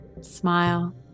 smile